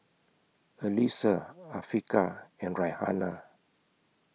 Alyssa Afiqah and Raihana